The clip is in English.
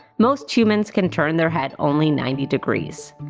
most humans can turn their head only ninety degrees.